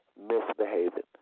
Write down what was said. misbehaving